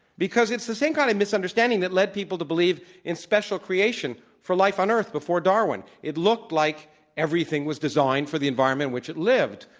because it's the same kind of misunderstanding that led people to believe in special creation for life on earth before darwin. it looked like everything was designed for the environment in which it lived.